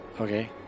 Okay